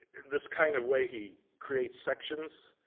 this kind of way he creates sections.